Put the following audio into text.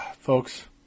folks